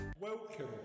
Welcome